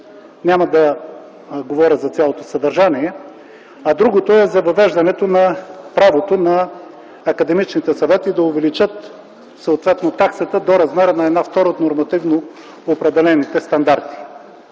(няма да говоря за цялото съдържание), а другото е за въвеждането на правото на академичните съвети да увеличат съответно таксата до размера на една втора от нормативно определените стандарти.